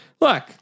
Look